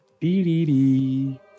Dee-dee-dee